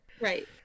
Right